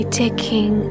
taking